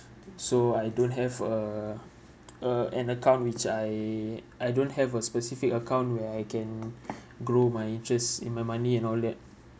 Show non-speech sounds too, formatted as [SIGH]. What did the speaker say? so I don't have a uh an account which I I don't have a specific account where I can [BREATH] grow my interest and my money and all that